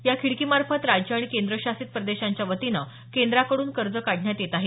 या खिडकी मार्फत राज्ये आणि केंद्रशासित प्रदेशांच्या वतीनं केंद्राकडून कर्ज काढण्यात येत आहे